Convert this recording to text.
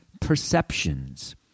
perceptions